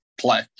play